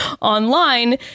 online